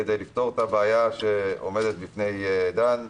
כדי לפתור את הבעיה שעומדת בפני דן,